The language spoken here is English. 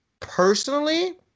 Personally